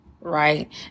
right